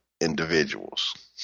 individuals